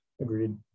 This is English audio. Agreed